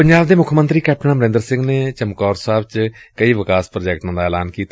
ਪੰਜਾਬ ਦੇ ਮੁੱਖ ਮੰਤਰੀ ਕੈਪਟਨ ਅਮਰੰਦਰ ਸਿੰਘ ਨੇ ਅੱਜ ਚਮਕੌਰ ਸਾਹਿਬ ਚ ਕਈ ਵਿਕਾਸ ਪ੍ਰਾਜੈਕਟਾਂ ਦਾ ਐਲਾਨ ਕੀਤਾ